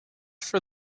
for